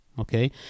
Okay